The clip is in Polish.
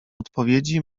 odpowiedzi